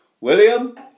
William